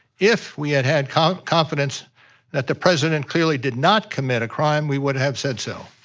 if we had had kind of confidence that the president clearly did not committed a crime, we would have said so.